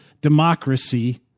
democracy